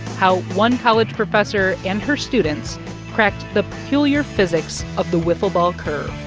how one college professor and her students cracked the peculiar physics of the wiffle ball curve